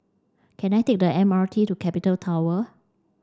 can I take the M R T to Capital Tower